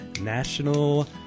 National